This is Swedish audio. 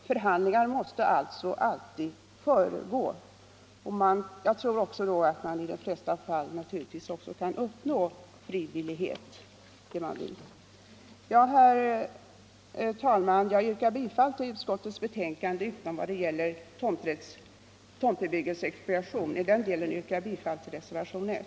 Förhandlingar måste alltid föregå expropriation, och jag tror att man då också i de flesta fall kan uppnå frivillighet.